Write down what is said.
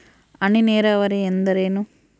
ಹನಿ ನೇರಾವರಿ ಎಂದರೇನು?